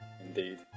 Indeed